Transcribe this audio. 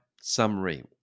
summary